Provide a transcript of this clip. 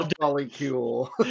molecule